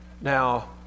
Now